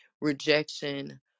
rejection